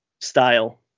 style